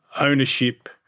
ownership